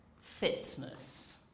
fitness